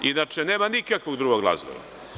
Inače, nema nikakvog drugog razloga.